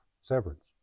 Severance